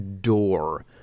door